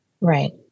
Right